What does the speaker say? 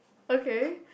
okay